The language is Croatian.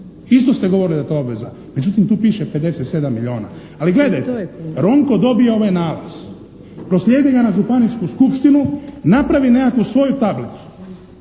Isto ste govorili da je to obveza, međutim tu piše 57 milijuna. Ali gledajte, Ronko dobije ovaj nalaz, proslijedi ga na županijsku skupštinu, napravi nekakvu svoju tablicu,